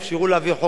אלא במהות,